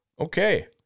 Okay